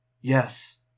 Yes